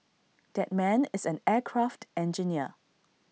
that man is an aircraft engineer